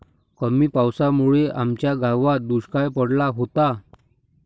कमी पावसामुळे आमच्या गावात दुष्काळ पडला होता